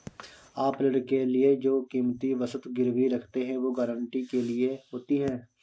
आप ऋण के लिए जो कीमती वस्तु गिरवी रखते हैं, वो गारंटी के लिए होती है